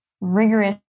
rigorous